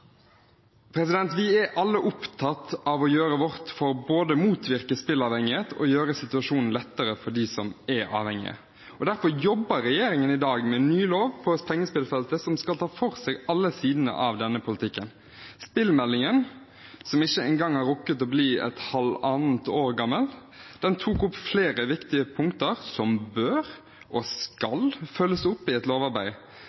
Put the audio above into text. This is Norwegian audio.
Vi er alle opptatt av å gjøre vårt for både å motvirke spilleavhengighet og å gjøre situasjonen lettere for dem som er avhengige. Derfor jobber regjeringen i dag med en ny lov på pengespillfeltet som skal ta for seg alle sidene ved denne politikken. Spillmeldingen, som ikke engang har rukket å bli halvannet år gammel, tok opp flere viktige punkter som bør og